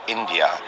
India